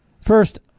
First